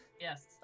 Yes